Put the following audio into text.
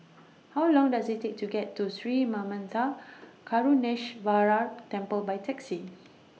How Long Does IT Take to get to Sri Manmatha Karuneshvarar Temple By Taxi